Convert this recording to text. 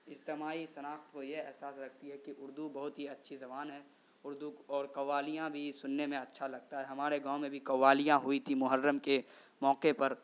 اجتماعی شناخت کو یہ احساس رکھتی ہے کہ اردو بہت ہی اچھی زبان ہے اردو اور قوالیاں بھی سننے میں اچھا لگتا ہے ہمارے گاؤں میں بھی قوالیاں ہوئی تھی محرم کے موقع پر